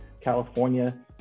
California